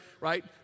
right